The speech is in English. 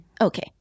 Okay